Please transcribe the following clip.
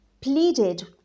pleaded